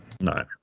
No